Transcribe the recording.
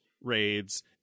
raids